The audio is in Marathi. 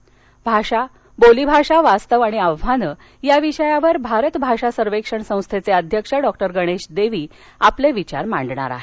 भाषा बोलीभाषा वास्तव आणि आव्हानं या विषयावर भारत भाषा सर्वेक्षण संस्थेचे अध्यक्ष डॉक्टर गणेश देवी आपले विचार मांडणार आहेत